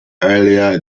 earlier